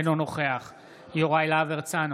אינו נוכח יוראי להב הרצנו,